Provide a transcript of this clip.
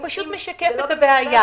הוא משקף את הבעיה.